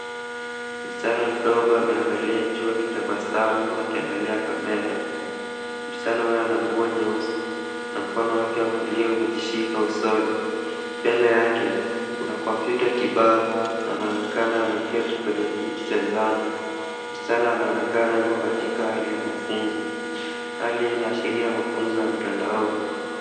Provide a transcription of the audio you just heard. Msichana mdogo ameangalia juu na akitabasamu, huku akiangalia kamera. Msichana huyu ana nguo nyeusi, na mkono wake wa kulia umejishika usoni. Mbele yake kuna kompyuta kibao, na anaonekana ameketi kwenye kiti cha njano. Msichana anaonekana yuko katika hali ya mafunzo. Hali hii inaashiria mafunzo ya mtandaoni.